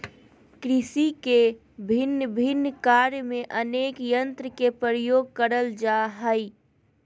कृषि के भिन्न भिन्न कार्य में अनेक यंत्र के प्रयोग करल जा हई